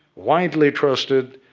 widely trusted,